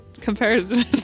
comparison